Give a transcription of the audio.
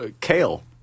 kale